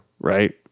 right